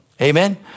Amen